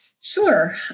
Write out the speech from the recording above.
Sure